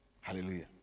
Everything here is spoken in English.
Hallelujah